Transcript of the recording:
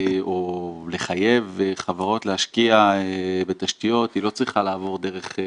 או משרד החקלאות מפרסם שליטר שמן זית צריך לעלות בסביבות ה-40 שקל.